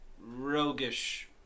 roguish